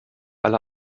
alle